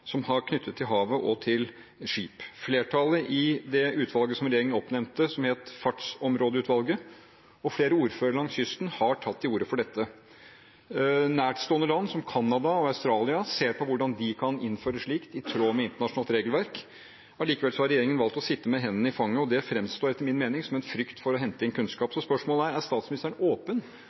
som er knyttet til hav og skip. Flertallet i det utvalget som regjeringen oppnevnte, Fartsområdeutvalget, og flere ordførere langs kysten har tatt til orde for dette. Nærstående land, som Canada og Australia, ser på hvordan de kan innføre slikt i tråd med internasjonalt regelverk. Allikevel har regjeringen valgt å sitte med hendene i fanget, og det framstår etter min mening som frykt for å hente inn kunnskap. Spørsmålet er: Er statsministeren åpen